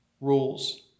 rules